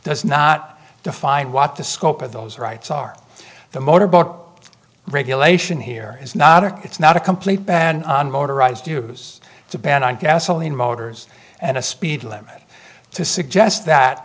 does not define what the scope of those rights are the motor boat regulation here is not a it's not a complete ban on motorized use to ban on gasoline motors and a speed limit to suggest that